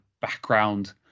background